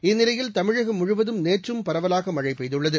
இந்நிலையில் தமிழகம் முழுவதும் நேற்றும் பரவலாக மழை பெய்துள்ளது